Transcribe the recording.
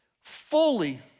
fully